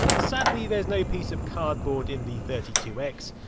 sadly there's no piece of cardboard in the thirty two x,